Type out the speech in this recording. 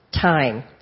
Time